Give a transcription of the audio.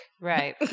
Right